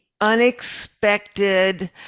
unexpected